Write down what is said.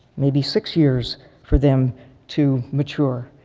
maybe six years for them to mature.